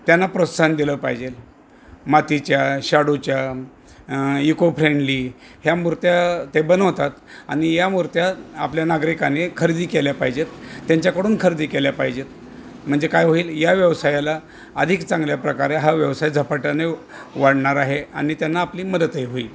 त्यांना प्रोत्साहन दिलं पाहिजेल मातीच्या शाडूच्या इकोफ्रेंडली ह्या मूर्त्या ते बनवतात आणि या मूर्त्या आपल्या नागरिकाने खरेदी केल्या पाहिजेत त्यांच्याकडून खरेदी केल्या पाहिजेत म्हणजे काय होईल या व्यवसायाला अधिक चांगल्या प्रकारे हा व्यवसाय झपाट्याने वाढणार आहे आणि त्यांना आपली मदतही होईल